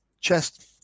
chest